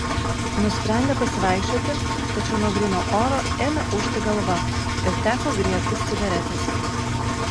nusprendė pasivaikščioti tačiau nuo gryno oro ėmė ūžti galva ir teko griebtis cigaretės